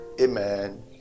Amen